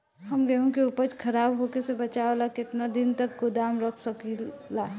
हम गेहूं के उपज खराब होखे से बचाव ला केतना दिन तक गोदाम रख सकी ला?